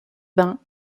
bains